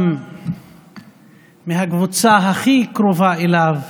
גם בקבוצה הכי קרובה אליו,